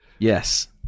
Yes